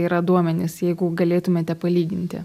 yra duomenys jeigu galėtumėte palyginti